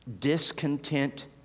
discontent